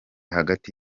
hagati